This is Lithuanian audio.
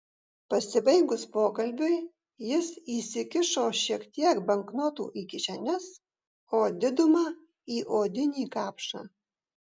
pasibaigus pokalbiui jis įsikišo šiek tiek banknotų į kišenes o didumą į odinį kapšą